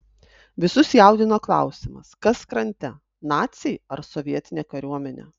visus jaudino klausimas kas krante naciai ar sovietinė kariuomenė